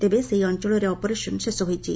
ତେବେ ସେହି ଅଞ୍ଚଳରେ ଅପରେସନ୍ ଶେଷ ହୋଇଛି